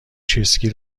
چسکی